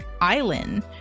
island